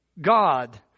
God